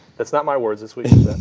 that's not my words. that's what you